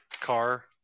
car